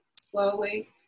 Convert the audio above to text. slowly